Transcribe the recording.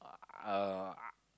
uh